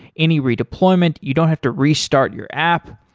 any redeployment, you don't have to restart your app.